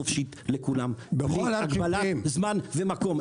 חופשית לכולם בלי הגבלת זמן ומקום.